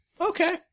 Okay